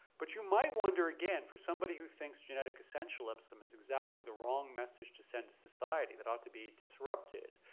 but you might wonder again for somebody who thinks genetic essentialism is exactly the wrong message to send a society that ought to be disrupted,